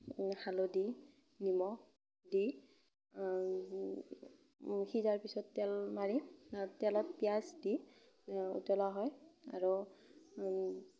হালধি নিমখ দি সিজাৰ পিছত তেল মাৰি তেলত পিঁয়াজ দি উতলোৱা হয় আৰু